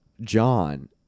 John